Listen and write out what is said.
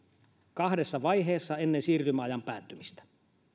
kahdessa vaiheessa ennen siirtymäajan päättymistä